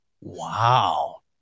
Wow